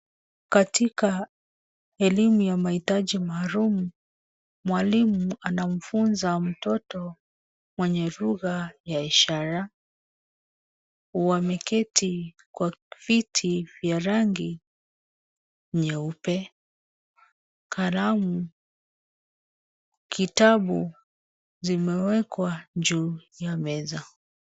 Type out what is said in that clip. Katika elimu ya mahitaji maalum, mwalimu anamfunza mtoto mwenye lugha ya ishara. Wameketi kwa viti vya rangi nyeupe. Kalamu, kitabu zimewekwa juu ya meza.